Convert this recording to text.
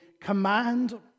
command